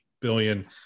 billion